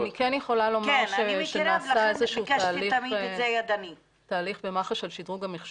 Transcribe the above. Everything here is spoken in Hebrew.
כן, אני מכירה, לכן ביקשתי תמיד את זה ידנית.